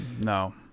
no